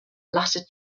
latter